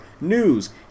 news